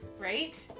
Right